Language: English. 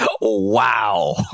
Wow